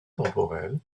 temporelles